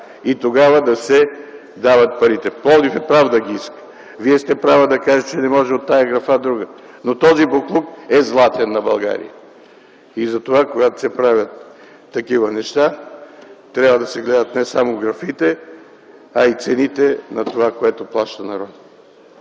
и тогава да се дават парите. Пловдив е прав да ги иска, Вие сте права да кажете, че не може от тази графа в другата. Но този боклук е златен на България. И затова, когато се правят такива неща, трябва да се гледат не само графите, а и цените на това, което плаща народът.